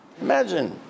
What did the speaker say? Imagine